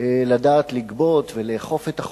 לדעת לגבות ולאכוף את החוק,